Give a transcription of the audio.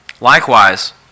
Likewise